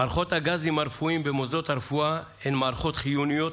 מערכות הגזים הרפואיים במוסדות הרפואה הן מערכות חיוניות,